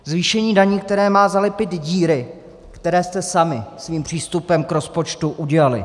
Zvýšení daní, které má zalepit díry, které jste sami svým přístupem k rozpočtu udělali.